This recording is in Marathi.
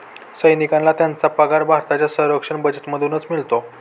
सैनिकांना त्यांचा पगार भारताच्या संरक्षण बजेटमधूनच मिळतो